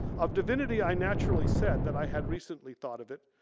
of divinity i naturally said that i had recently thought of it.